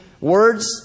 words